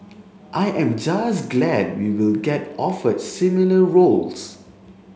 I am just glad we will get offered similar roles